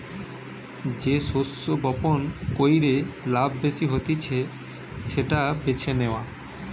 যে শস্য বপণ কইরে লাভ বেশি হতিছে সেটা বেছে নেওয়া